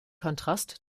kontrast